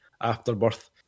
Afterbirth